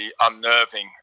unnerving